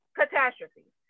catastrophe